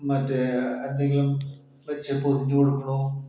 മറ്റേ എന്തെങ്കിലും വെച്ച് പൊതിഞ്ഞ് കൊടുക്കുന്നു